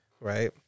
right